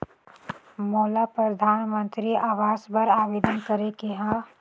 मोला परधानमंतरी आवास बर आवेदन करे के हा?